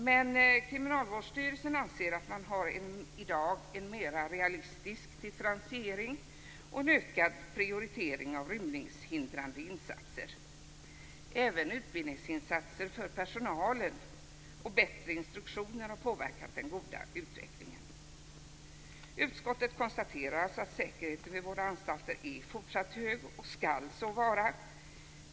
Men Kriminalvårdsstyrelsen anser att man i dag har en mer realistisk differentiering och en ökad prioritering av rymningshindrande insatser. Även utbildningsinsatser för personalen och bättre instruktioner har påverkat den goda utvecklingen. Utskottet konstaterar alltså att säkerheten vid våra anstalter är fortsatt hög och skall så vara.